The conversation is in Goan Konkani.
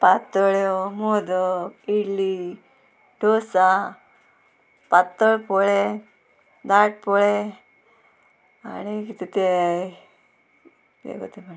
पातोळ्यो मोदक इडली डोसा पातळ पोळे दाट पोळे आनी कितें तें गो तें म्हणटा तें